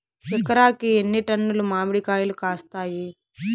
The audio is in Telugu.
ఎకరాకి ఎన్ని టన్నులు మామిడి కాయలు కాస్తాయి?